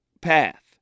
path